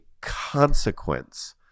consequence